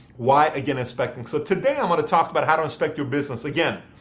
why? again, inspecting. so today i'm going to talk about how to inspect your business. again,